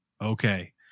okay